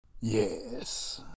Yes